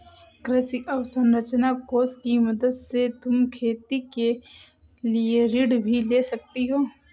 कृषि अवसरंचना कोष की मदद से तुम खेती के लिए ऋण भी ले सकती हो